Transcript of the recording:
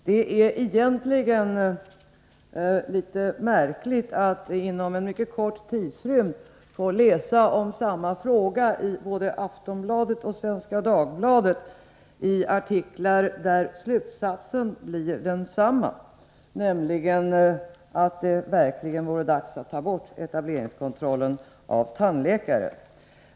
Det är egentligen litet märkligt att man inom en mycket kort tidrymd får läsa om samma fråga i både Aftonbladet och Svenska Dagbladet i artiklar där slutsatsen blir densamma, nämligen att det verkligen vore dags att ta bort etableringskontrollen av tandläkare.